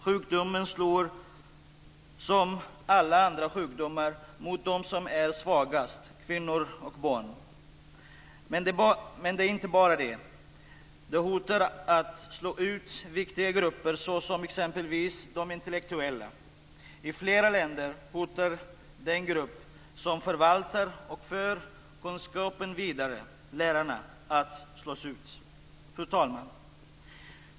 Sjukdomen slår som alla andra sjukdomar mot dem som är svagast, kvinnor och barn. Men det är inte bara det. Den hotar att slå ut viktiga grupper såsom exempelvis de intellektuella. I flera länder hotas den grupp som förvaltar och för kunskapen vidare, lärarna, av att slås ut. Fru talman!